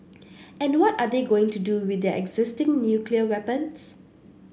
and what are they going to do with their existing nuclear weapons